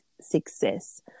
success